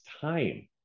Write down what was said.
time